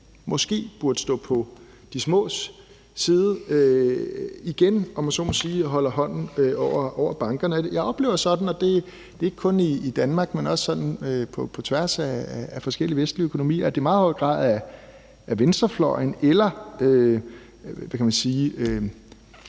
måske burde stå på de smås side, igen, om jeg så må sige, holder hånden over bankerne. Jeg oplever det sådan, ikke kun i Danmark, men også på tværs af forskellige vestlige økonomier, at det i meget høj grad er venstrefløjen eller progressive